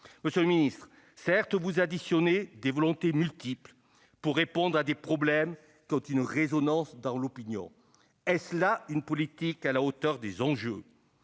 Monsieur le ministre, certes, vous additionnez des volontés multiples pour répondre à des problèmes qui ont une résonance dans l'opinion. Mais est-ce là une politique à la hauteur des enjeux ?